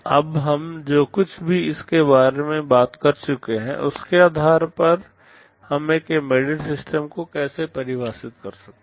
अब हम जो कुछ भी इसके बारे में बात कर चुके हैं उसके आधार पर हम एक एम्बेडेड सिस्टम को कैसे परिभाषित कर सकते हैं